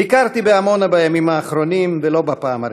ביקרתי בעמונה בימים האחרונים, ולא בפעם הראשונה.